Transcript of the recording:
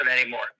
anymore